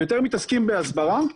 יותר מתעסקים בהסברה.